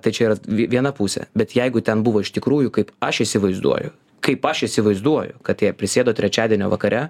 tai čia yra viena pusė bet jeigu ten buvo iš tikrųjų kaip aš įsivaizduoju kaip aš įsivaizduoju kad jie prisėdo trečiadienio vakare